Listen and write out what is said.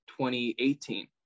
2018